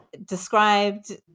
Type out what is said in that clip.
described